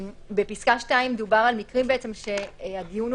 בפסקה (2) דובר על מקרים שהדיון הוא